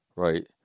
Right